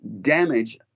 damage